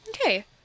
Okay